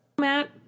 Matt